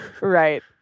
Right